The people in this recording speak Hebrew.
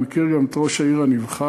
אני מכיר גם את ראש העיר הנבחר.